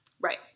Right